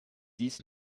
dies